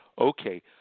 okay